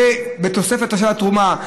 והתוספת של התרומה,